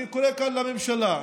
אני קורא כאן לממשלה,